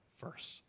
first